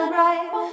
right